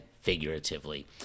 figuratively